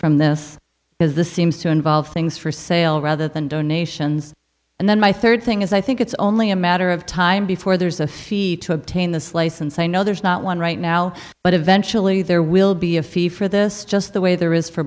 from this is the seems to involve things for sale rather than donations and then my third thing is i think it's only a matter of time before there's a fee to obtain the slice and say no there's not one right now but eventually there will be a fee for this just the way there is for